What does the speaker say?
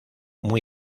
muy